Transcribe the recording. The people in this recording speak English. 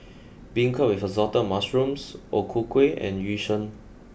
Beancurd with Assorted Mushrooms O Ku Kueh and Yu Sheng